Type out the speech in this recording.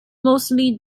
mostly